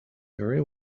very